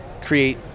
create